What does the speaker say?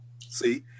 see